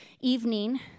evening